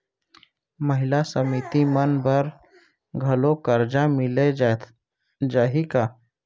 महिला समिति मन बर घलो करजा मिले जाही का?